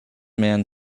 man